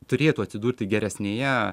turėtų atsidurti geresnėje